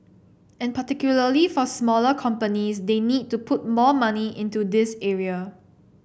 and particularly for smaller companies they need to put more money into this area